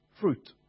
fruit